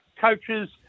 coaches